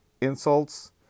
insults